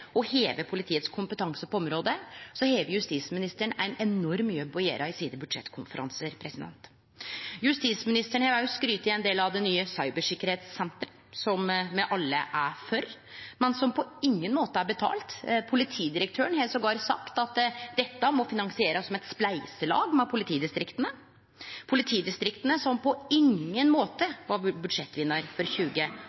og heve politiets kompetanse på området», har justisministeren ein enorm jobb å gjere i budsjettkonferansane sine. Justisministeren har òg skrytt ein del av det nye cybersikkerheitssenteret, som me alle er for, men som på ingen måte er betalt. Politidirektøren har sågar sagt at dette må finansierast som eit spleiselag med politidistrikta – politidistrikta, som på ingen måte